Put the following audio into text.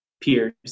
peers